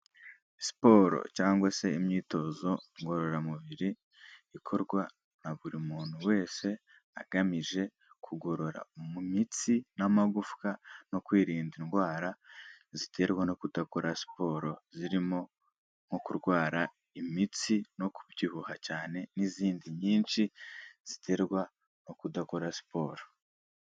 Siporo cyangwa se imyitozo ngororamubiri ikorwa na buri muntu wese, agamije kugorora mu mitsi n'amagufwa no kwirinda indwara ziterwa no kudakora siporo, zirimo nko kurwara imitsi no kubyibuha cyane n'izindi nyinshi ziterwa no kudakora siporo.